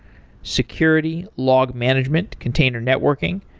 security, log management, container networking,